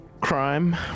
crime